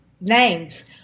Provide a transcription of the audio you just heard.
names